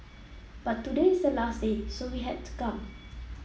but today is the last day so we had to come